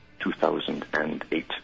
2008